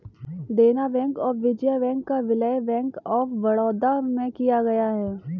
देना बैंक और विजया बैंक का विलय बैंक ऑफ बड़ौदा में किया गया है